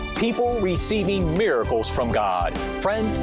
people receiving miracles from god. friend,